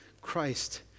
Christ